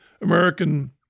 American